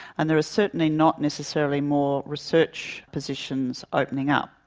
and there are certainly not necessarily more research positions opening up.